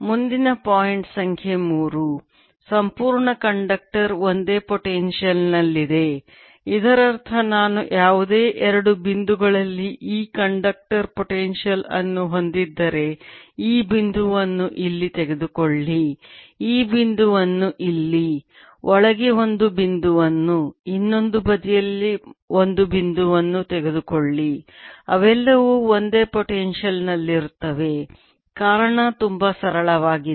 ಮುಂದಿನ ಪಾಯಿಂಟ್ ಸಂಖ್ಯೆ 3 ಸಂಪೂರ್ಣ ಕಂಡಕ್ಟರ್ ಒಂದೇ ಪೊಟೆನ್ಶಿಯಲ್ ನಲ್ಲಿದೆ ಇದರರ್ಥ ನಾನು ಯಾವುದೇ ಎರಡು ಬಿಂದುಗಳಲ್ಲಿ ಈ ಕಂಡಕ್ಟರ್ ಪೊಟೆನ್ಶಿಯಲ್ ಅನ್ನು ಹೊಂದಿದ್ದರೆ ಈ ಬಿಂದುವನ್ನು ಇಲ್ಲಿ ತೆಗೆದುಕೊಳ್ಳಿ ಈ ಬಿಂದುವನ್ನು ಇಲ್ಲಿ ಒಳಗೆ ಒಂದು ಬಿಂದುವನ್ನು ಇನ್ನೊಂದು ಬದಿಯಲ್ಲಿ ಒಂದು ಬಿಂದುವನ್ನು ತೆಗೆದುಕೊಳ್ಳಿ ಅವೆಲ್ಲವೂ ಒಂದೇ ಪೊಟೆನ್ಶಿಯಲ್ ನಲ್ಲಿರುತ್ತವೆ ಕಾರಣ ತುಂಬಾ ಸರಳವಾಗಿದೆ